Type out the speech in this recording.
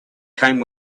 came